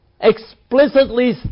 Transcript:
explicitly